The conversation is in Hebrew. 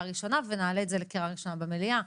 ראשונה ונעלה את זה לקריאה ראשונה במליאה.